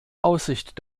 aussicht